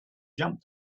jump